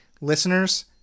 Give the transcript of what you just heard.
listeners